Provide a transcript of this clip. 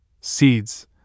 Seeds